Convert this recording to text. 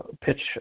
pitch